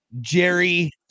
Jerry